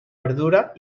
verdura